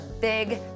big